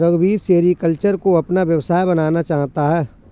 रघुवीर सेरीकल्चर को अपना व्यवसाय बनाना चाहता है